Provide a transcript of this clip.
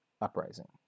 Uprising